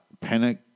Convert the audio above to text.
panic